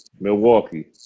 Milwaukee